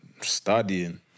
studying